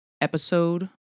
episode